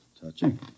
Touching